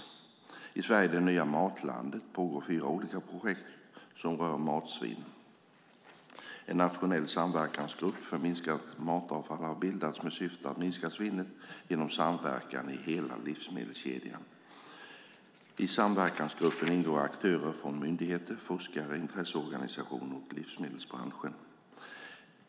Inom satsningen Sverige - det nya matlandet pågår fyra olika projekt som rör matsvinn. En nationell samverkansgrupp för minskat matavfall har bildats med syftet att minska svinnet genom samverkan i hela livsmedelskedjan. I samverkansgruppen ingår aktörer från myndigheter, forskare, intresseorganisationer och livsmedelsbranschen.